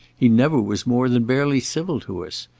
he never was more than barely civil to us.